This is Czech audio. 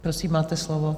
Prosím, máte slovo.